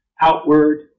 outward